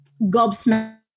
gobsmacked